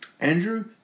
Andrew